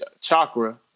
Chakra